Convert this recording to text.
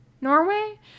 Norway